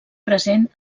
present